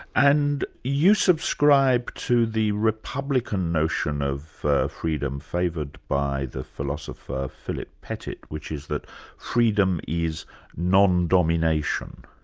and you subscribe to the republican notion of freedom, favoured by the philosopher philip pettit, which is that freedom is non-domination.